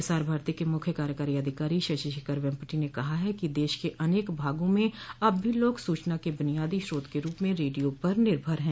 प्रसार भारती के मुख्य कार्यकारी अधिकारी शशि शेखर वेम्पटि ने कहा है कि देश के अनेक भागों में अब भी लोग सूचना के बुनियादी स्रोत के रूप में रेडियो पर निर्भर हैं